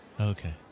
Okay